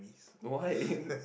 why